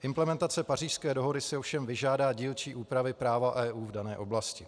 Implementace Pařížské dohody si ovšem vyžádá dílčí úpravy práva EU v dané oblasti.